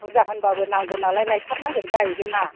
बुरजा होनबाबो नांगौ नालाय लायथारनांगौ जाहैगोनना